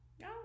No